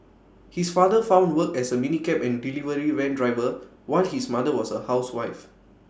his father found work as A minicab and delivery van driver while his mother was A housewife